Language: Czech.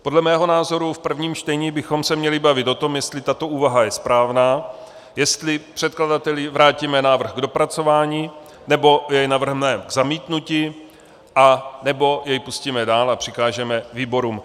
Podle mého názoru v prvním čtení bychom se měli bavit o tom, jestli tato úvaha je správná, jestli předkladateli vrátíme návrh k dopracování nebo jej navrhneme k zamítnutí anebo jej pustíme dál a přikážeme výborům.